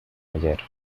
ayer